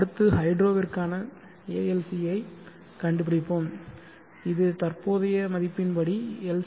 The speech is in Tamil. அடுத்து ஹைட்ரோவுக்கான ALCC ஐக் கண்டுபிடிப்போம் இது தற்போதைய மதிப்பின்படி எல்